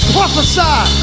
Prophesy